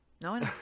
No